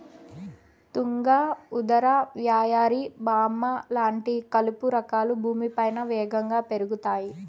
తుంగ, ఉదర, వయ్యారి భామ లాంటి కలుపు రకాలు భూమిపైన వేగంగా పెరుగుతాయి